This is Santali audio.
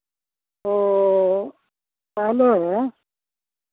ᱚ ᱢᱟ ᱞᱟᱹᱭ ᱢᱮ